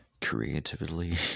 creatively